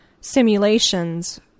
simulations